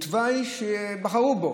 הוא תוואי שבחרו בו,